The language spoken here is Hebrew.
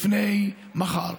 לפני מחר.